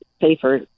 safer